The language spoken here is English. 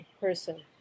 person